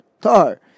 tar